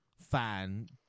fan